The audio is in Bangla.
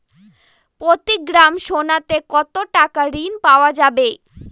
প্রতি গ্রাম সোনাতে কত টাকা ঋণ পাওয়া যাবে?